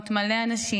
מלא אנשים,